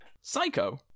Psycho